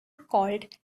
called